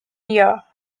year